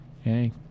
Okay